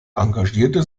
engagierte